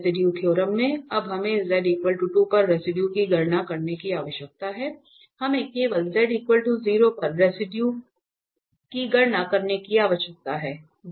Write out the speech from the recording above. residue theorem में अब हमें z 2 पर रेसिडुए की गणना करने की आवश्यकता नहीं है हमें केवल z 0 पर रेसिडुए की गणना करने की आवश्यकता है